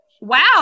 Wow